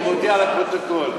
אני מודיע לפרוטוקול,